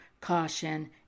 caution